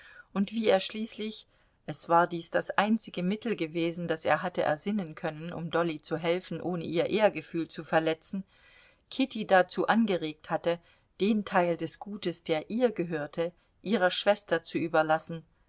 und wie er schließlich es war dies das einzige mittel gewesen das er hatte ersinnen können um dolly zu helfen ohne ihr ehrgefühl zu verletzen kitty dazu angeregt hatte den teil des gutes der ihr gehörte ihrer schwester zu überlassen